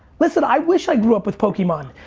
listen, i wish i grew up with pokemon.